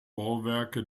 bauwerke